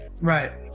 Right